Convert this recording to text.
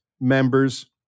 members